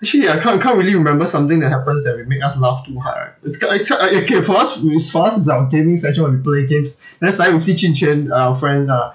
actually I can't I can't really remember something that happens that will make us laugh too hard right it's kind it's kind uh okay for us is for us is our gaming session when we play games then suddenly we see qin qian uh friend uh